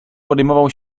podejmował